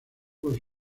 por